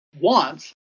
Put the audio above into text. wants